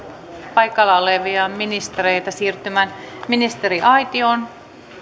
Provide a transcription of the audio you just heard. paikalla olevia ministereitä siirtymään ministeriaitioon